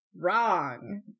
wrong